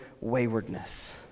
waywardness